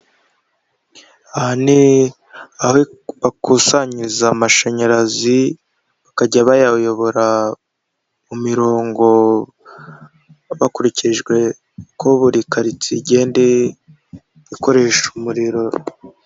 Aha ni aho bakusanyiriza amashanyarazi, bakajya bayayobora mu mirongo hakurikijwe uko buri karitsiye igenda ikoresha umuriro.